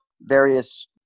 various